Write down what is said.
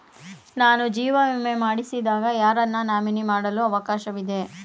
ನಾನು ಜೀವ ವಿಮೆ ಮಾಡಿಸಿದಾಗ ಯಾರನ್ನು ನಾಮಿನಿ ಮಾಡಲು ಅವಕಾಶವಿದೆ?